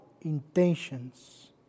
intentions